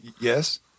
Yes